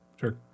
Sure